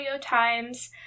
times